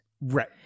Right